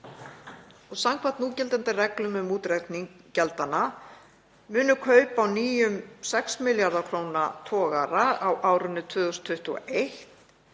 og samkvæmt núgildandi reglum um útreikning gjaldanna munu kaup á nýjum 6 milljarða kr. togara á árinu 2021